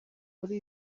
muri